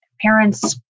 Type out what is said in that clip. parents